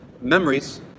memories